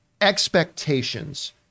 expectations